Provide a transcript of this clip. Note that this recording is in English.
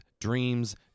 dreams